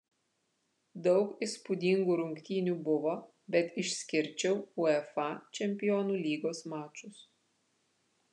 daug įspūdingų rungtynių buvo bet išskirčiau uefa čempionų lygos mačus